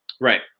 Right